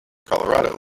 colorado